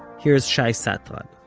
here's shai satran